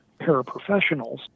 paraprofessionals